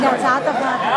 על הצעת הוועדה.